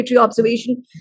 observation